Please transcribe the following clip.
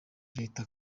leta